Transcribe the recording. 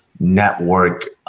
network